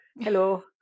hello